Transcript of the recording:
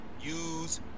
use